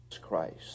Christ